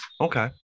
Okay